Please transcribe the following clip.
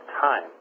time